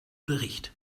bericht